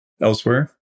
elsewhere